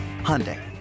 Hyundai